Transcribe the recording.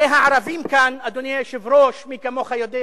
הרי הערבים כאן, אדוני היושב-ראש, מי כמוך יודע,